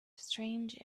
strange